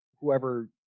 whoever